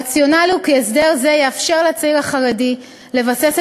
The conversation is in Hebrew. הרציונל הוא כי הסדר זה יאפשר לצעיר החרדי לבסס